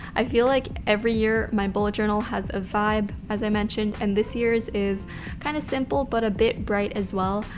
i feel like every year my bullet journal has a vibe, as i mentioned, and this year's is kinda kind of simple but a bit bright as well.